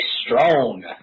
Strong